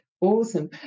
awesome